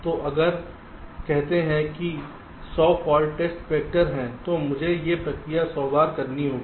तो अगर कहते हैं कि 100 टेस्ट वैक्टर हैं तो मुझे ये प्रक्रिया 100 बार करनी होगी